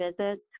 visits